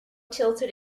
tilted